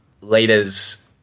leaders –